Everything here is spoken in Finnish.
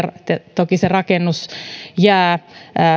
toki se rakennus jää